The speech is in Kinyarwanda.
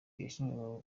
yashinjwaga